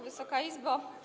Wysoka Izbo!